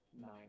nine